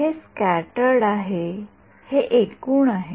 हे स्क्याटर्ड आहे हे एकूण आहे